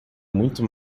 muito